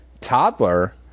toddler